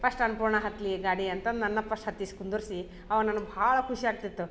first Annapurna ಹತ್ಲಿ ಗಾಡಿ ಅಂತ ನನ್ನ ಫಸ್ಟ್ ಹತ್ತಿಸಿ ಕುಂದುರಿಸಿ ಅವಗ ನಾನು ಭಾಳ ಖುಷಿ ಆಗ್ತಿತ್ತು